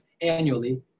annually